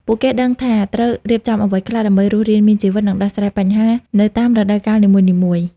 ពួកគេដឹងថាត្រូវរៀបចំអ្វីខ្លះដើម្បីរស់រានមានជីវិត និងដោះស្រាយបញ្ហានៅតាមរដូវកាលនីមួយៗ។